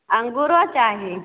अंगूरो चाही